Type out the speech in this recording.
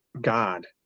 God